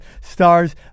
stars